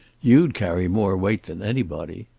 you'd carry more weight than anybody.